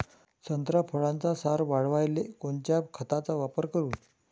संत्रा फळाचा सार वाढवायले कोन्या खताचा वापर करू?